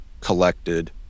collected